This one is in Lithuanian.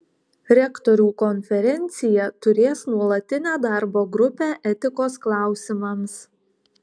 rektorių konferencija turės nuolatinę darbo grupę etikos klausimams